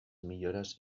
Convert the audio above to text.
millores